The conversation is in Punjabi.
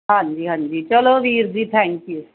ਹਾਂਜੀ ਹਾਂਜੀ ਚਲੋ ਵੀਰ ਜੀ ਥੈਂਕ ਯੂ